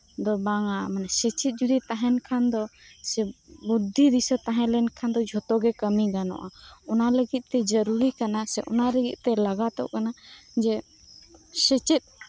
ᱵᱟᱝ ᱟ ᱢᱟᱱᱮ ᱥᱮᱪᱮᱫ ᱡᱚᱫᱤ ᱛᱟᱦᱮᱱ ᱠᱷᱟᱱ ᱫᱚ ᱥᱮ ᱵᱩᱨᱫᱷᱤ ᱫᱤᱥᱟᱹ ᱛᱟᱦᱮᱸ ᱞᱮᱱᱠᱷᱟᱱ ᱫᱚ ᱡᱚᱛᱚᱜᱤ ᱠᱟᱹᱢᱤ ᱜᱟᱱᱚ ᱟ ᱚᱱᱟᱞᱟᱹᱜᱤᱫ ᱛᱮ ᱡᱟᱹᱨᱩᱲ ᱜᱮ ᱠᱟᱱᱟ ᱥᱮ ᱚᱱᱟᱞᱟᱹᱜᱤᱫ ᱛᱮ ᱞᱟᱜᱟᱛᱚᱜ ᱠᱟᱱᱟ ᱡᱮ ᱥᱮᱪᱮᱫ